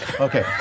Okay